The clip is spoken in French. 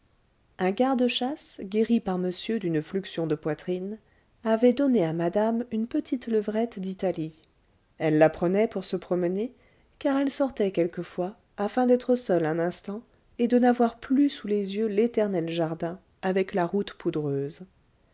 un garde-chasse guéri par monsieur d'une fluxion de poitrine avait donné à madame une petite levrette d'italie elle la prenait pour se promener car elle sortait quelquefois afin d'être seule un instant et de n'avoir plus sous les yeux l'éternel jardin avec la route poudreuse